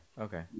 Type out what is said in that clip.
okay